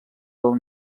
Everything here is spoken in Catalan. del